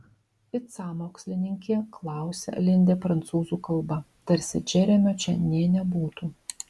it sąmokslininkė klausia lindė prancūzų kalba tarsi džeremio čia nė nebūtų